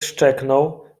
szczeknął